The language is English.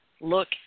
look